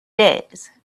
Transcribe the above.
days